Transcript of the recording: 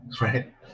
Right